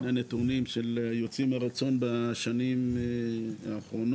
על הנתונים של היוצאים מרצון בשנים האחרונות.